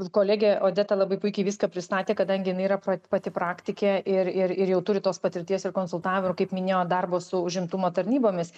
kolegė odeta labai puikiai viską pristatė kadangi jinai yra pati praktikė ir ir ir jau turi tos patirties ir konsultavo ir kaip minėjo darbo su užimtumo tarnybomis